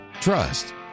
trust